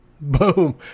Boom